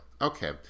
Okay